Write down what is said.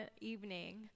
evening